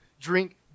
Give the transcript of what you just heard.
drink